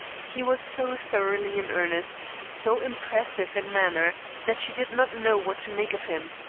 he was so thoroughly in earnest, so impressive in manner, that she did not know what to make of him.